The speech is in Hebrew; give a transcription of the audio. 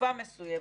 בתקופה מסוימת,